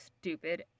stupid